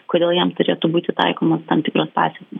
kodėl jam turėtų būti taikomos tam tikros pasekmės